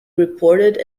reported